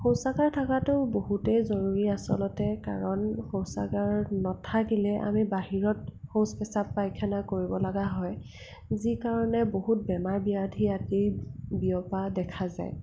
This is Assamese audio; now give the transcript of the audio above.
শৌচাগাৰ থকাটো বহুতেই জৰুৰী আচলতে কাৰণ শৌচাগাৰ নাথাকিলে আমি বাহিৰত শৌচ প্ৰস্ৰাৱ পাইখানা কৰিবলগীয়া হয় যিকাৰণে বহুত বেমাৰ ব্যাধি আদি বিয়পা দেখা যায়